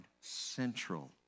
central